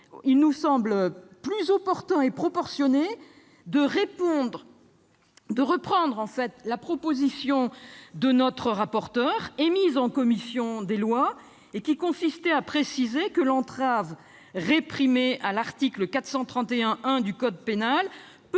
il nous semble plus opportun et proportionné de reprendre la proposition faite par notre rapporteur en commission des lois : préciser que l'entrave réprimée à l'article 431-1 du code pénal